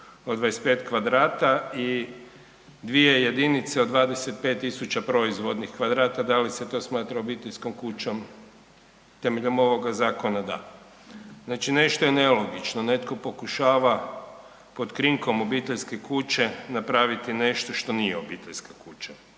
od 25 kvadrata i dvije jedinice od 25.000 proizvodnih kvadrata, da li se to smatra obiteljskom kućom?, temeljem ovoga Zakona da. Znači nešto je nelogično, netko pokušava pod krinkom obiteljske kuće napraviti nešto što nije obiteljska kuća.